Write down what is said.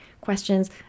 questions